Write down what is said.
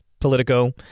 Politico